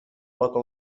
local